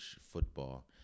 football